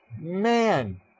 man